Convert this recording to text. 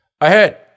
Ahead